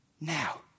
Now